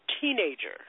teenager